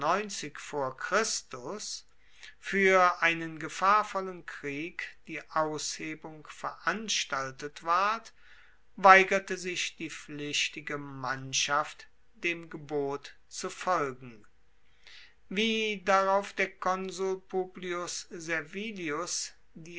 fuer einen gefahrvollen krieg die aushebung veranstaltet ward weigerte sich die pflichtige mannschaft dem gebot zu folgen wie darauf der konsul publius